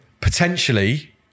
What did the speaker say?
potentially